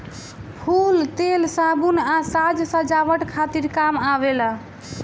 फूल तेल, साबुन आ साज सजावट खातिर काम आवेला